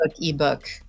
ebook